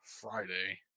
Friday